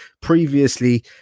Previously